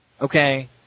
Okay